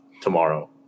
tomorrow